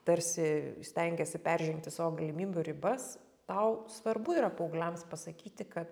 tarsi stengiasi peržengti savo galimybių ribas tau svarbu yra paaugliams pasakyti kad